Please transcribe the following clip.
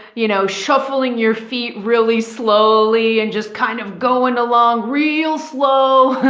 you know, shuffling your feet really slowly and just kind of going along real slow,